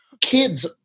kids